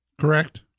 Correct